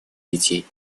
детей